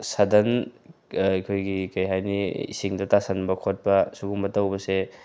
ꯁꯟꯗꯟ ꯑꯩꯈꯣꯏꯒꯤ ꯀꯔꯤ ꯍꯥꯏꯅꯤ ꯏꯁꯤꯡꯗ ꯇꯥꯁꯤꯟꯕ ꯈꯣꯠꯄ ꯁꯤꯒꯨꯝꯕ ꯇꯧꯕꯁꯦ